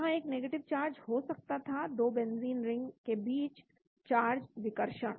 यहां एक negative charge हो सकता था दो बेंजीन रिंग के बीच चार्ज विकर्षण